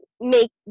make